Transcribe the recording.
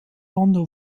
arno